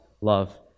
Love